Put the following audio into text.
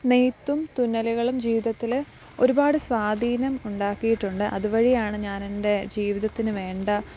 നെയ്ത്തും തുന്നലുകളും ജീവിതത്തിൽ ഒരുപാട് സ്വാധീനം ഉണ്ടാക്കിയിട്ടുണ്ട് അതുവഴിയാണ് ഞാനെന്റെ ജീവിതത്തിനു വേണ്ട